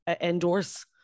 endorse